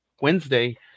Wednesday